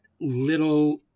little